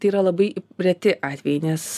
tai yra labai reti atvejai nes